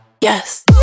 Yes